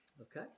Okay